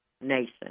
nation